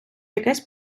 якесь